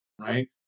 right